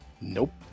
Nope